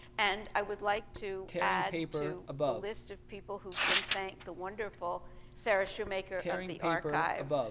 and i would like to add to the list of people who've been thanked, the wonderful sarah shumaker of the archive.